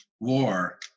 war